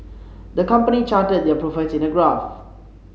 the company charted their profits in a graph